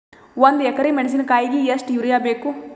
ಒಂದ್ ಎಕರಿ ಮೆಣಸಿಕಾಯಿಗಿ ಎಷ್ಟ ಯೂರಿಯಬೇಕು?